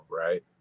right